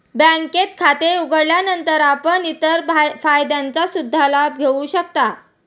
बँकेत खाते उघडल्यानंतर आपण इतर फायद्यांचा सुद्धा लाभ घेऊ शकता